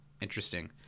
interesting